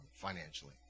financially